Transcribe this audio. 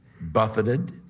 Buffeted